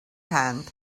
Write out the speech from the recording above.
hand